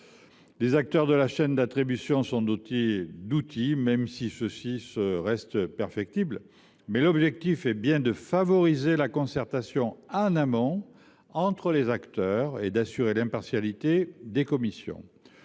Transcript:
Les acteurs de la chaîne d’attribution sont dotés d’outils, même si ceux ci restent perfectibles, mais l’objectif est bien de favoriser la concertation en amont entre les acteurs et d’assurer l’impartialité des commissions.